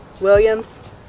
Williams